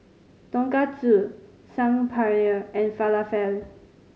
Tonkatsu Saag Paneer and Falafel